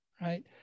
right